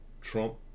Trump